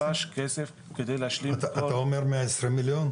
נדרש על מנת להשלים את כל --- אתה אומר מאה עשרים מיליון?